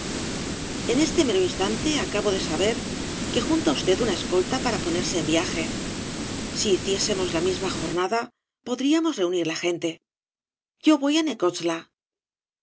en este mero instante acabo de saber ár obras de va lle in clan g que junta usted una escolta para ponerse en viaje si hiciésemos la misma jornada podríamos reunir la gente yo voy á